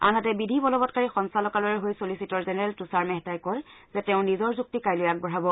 আনহাতে বিধি বলবৎকাৰী সঞ্চালকালয়ৰ হৈ চলিচিটৰ জেনেৰেল তুষাৰ মেহতাই কয় যে তেওঁ নিজৰ যুক্তি কাইলৈ আগবঢ়াব